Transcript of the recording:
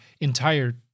entire